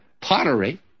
pottery